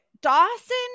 dawson